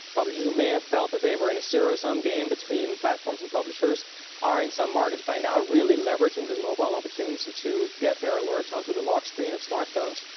publishers who may have felt that they were in a zero-sum game between platforms and publishers are in some markets by now really leveraging this mobile opportunity to get their alerts onto the lock screen of smartphones.